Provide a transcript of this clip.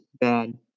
bad